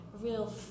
real